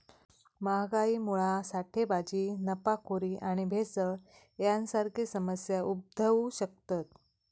महागाईमुळा साठेबाजी, नफाखोरी आणि भेसळ यांसारखे समस्या उद्भवु शकतत